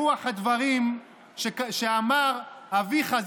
ברוח הדברים שאמר אביך,